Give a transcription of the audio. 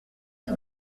qui